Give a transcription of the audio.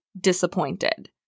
disappointed